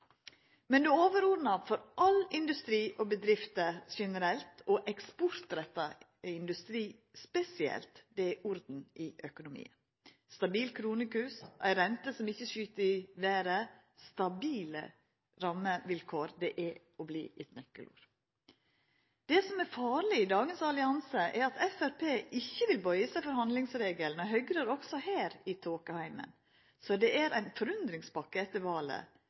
Men det overordna for all industri og alle bedrifter generelt og eksportretta industri spesielt er orden i økonomien, ein stabil kronekurs og ei rente som ikkje skyt i vêret. Stabile rammevilkår er og blir eit nøkkelord. Det som er farleg i dagens allianse, er at Framstegspartiet ikkje vil bøya seg for handlingsregelen, og Høgre er også her i tåkeheimen. Så det er ein forundringspakke